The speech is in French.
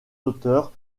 auteurs